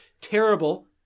Terrible